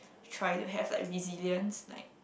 try to have like resilience like